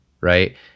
Right